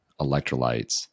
electrolytes